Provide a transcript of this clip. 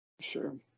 Sure